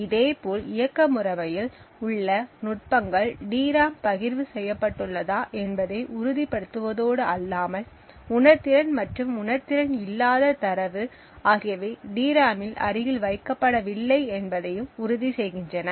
இதேபோல் இயக்க முறைமையில் உள்ள நுட்பங்கள் டிராம் பகிர்வு செய்யப்பட்டுள்ளதா என்பதை உறுதிப்படுத்துவதோடு அல்லாமல் உணர்திறன் மற்றும் உணர்திறன் இல்லாத தரவு ஆகியவை டிராமில் அருகில் வைக்கப்படவில்லை என்பதையும் உறுதி செய்கின்றன